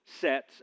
sets